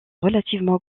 relativement